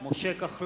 גדעון